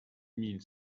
mille